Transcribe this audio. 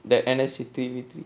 that ethnicity